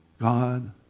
God